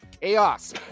chaos